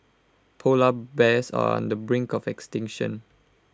Polar Bears are on the brink of extinction